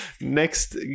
next